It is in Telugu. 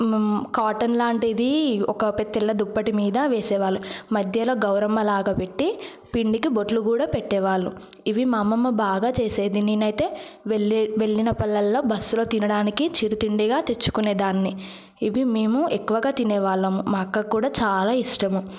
కాటన్ లాంటిది ఒక తెల్ల దుప్పటి మీద వేసేవాళ్ళు మధ్యలో గౌరమ్మ లాగా పెట్టి పిండికి బొట్లు కూడా పెట్టేవారు ఇవి మా అమ్మమ్మ బాగా చేసేది నేనైతే వెళ్లి వెళ్లినప్పుడల్లా బస్సులో తినడానికి చిరు తిండిగా తెచ్చుకునేదాన్ని ఇవి మేము ఎక్కువగా తినే వాళ్ళము మా అక్కకు కూడా చాలా ఇష్టము